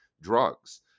drugs